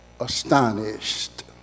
Astonished